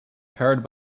powered